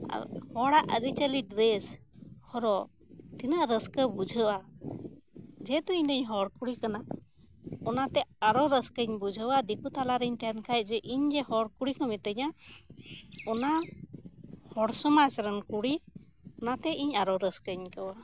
ᱟᱨ ᱦᱚᱲᱟᱜ ᱟᱹᱨᱤᱪᱟᱹᱞᱤ ᱰᱨᱮᱥ ᱦᱚᱨᱚᱜ ᱛᱤᱱᱟᱹᱜ ᱨᱟᱹᱥᱠᱟᱹ ᱵᱩᱡᱷᱟᱹᱜᱼᱟ ᱡᱮᱦᱮᱛᱩ ᱤᱧᱫᱚᱧ ᱦᱚᱲᱠᱩᱲᱤ ᱠᱟᱱᱟ ᱚᱱᱟᱛᱮ ᱟᱨᱚ ᱨᱟᱹᱥᱠᱟᱹᱧ ᱵᱩᱡᱷᱟᱹᱣᱟ ᱫᱤᱠᱩ ᱛᱟᱞᱟᱨᱮᱧ ᱛᱟᱦᱮᱱᱠᱷᱟᱱ ᱡᱮ ᱤᱧᱡᱮ ᱦᱚᱲᱠᱩᱲᱤᱠᱩ ᱢᱤᱛᱟᱹᱧᱟ ᱚᱱᱟ ᱦᱚᱲ ᱥᱚᱢᱟᱡᱨᱮᱱ ᱠᱩᱲᱤ ᱚᱱᱟᱛᱮ ᱤᱧ ᱟᱨᱚ ᱨᱟᱹᱥᱠᱟᱹᱧ ᱟᱹᱭᱠᱟᱹᱣᱟ